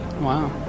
Wow